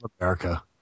America